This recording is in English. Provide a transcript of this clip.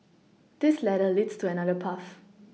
this ladder leads to another path